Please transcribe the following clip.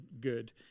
good